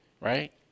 right